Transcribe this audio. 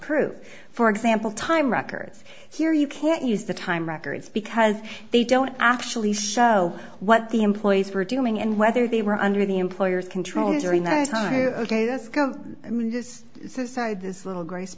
proof for example time records here you can't use the time records because they don't actually show what the employees were doing and whether they were under the employer's control during those times this side this little grace